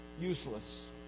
Useless